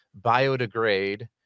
biodegrade